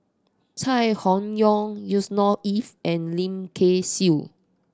Chai Hon Yoong Yusnor Ef and Lim Kay Siu